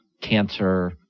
cancer